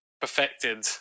perfected